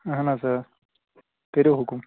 اَہَن حظ إں کٔرِو حکُم